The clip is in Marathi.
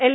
एल